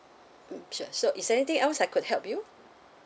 mm sure so is there anything else I could help you